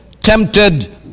Tempted